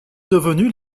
devenues